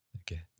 Okay